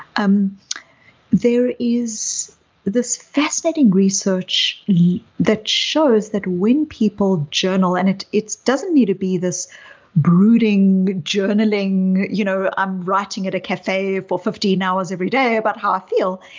um there is this fascinating research that shows that when people journal and it doesn't need to be this brooding journaling, you know um writing at a cafe for fifteen hours every day about how i feel.